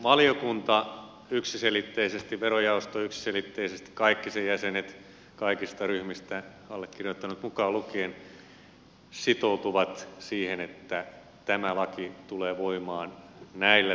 valiokunta yksiselitteisesti verojaosto yksiselitteisesti kaikki sen jäsenet kaikista ryhmistä allekirjoittanut mukaan lukien sitoutuu siihen että tämä laki tulee voimaan näillä tuottotavoitteilla